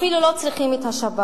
אפילו לא צריכים את השב"כ.